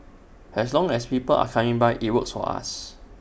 as long as people are coming by IT works for us